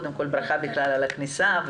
ברכה על הכניסה.